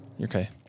Okay